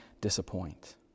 disappoint